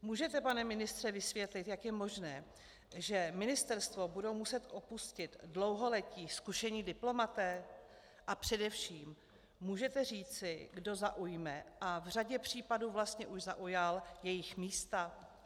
Můžete, pane ministře, vysvětlit, jak je možné, že ministerstvo budou muset opustit dlouholetí zkušení diplomaté, a především můžete říci, kdo zaujme a v řadě případů vlastně už zaujal jejich místa?